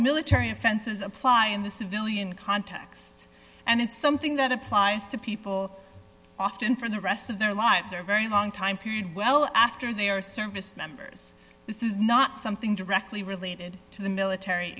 military offenses apply in the civilian context and it's something that applies to people often for the rest of their lives or a very long time period well after they are service members this is not something directly related to the military